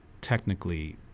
technically